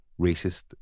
racist